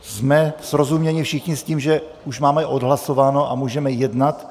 Jsme srozuměni všichni s tím, že už máme odhlasováno a můžeme jednat?